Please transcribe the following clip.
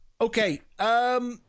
okay